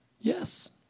yes